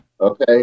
Okay